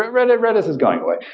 but reddis reddis is going away.